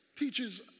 teaches